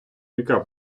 яка